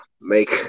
make